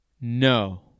No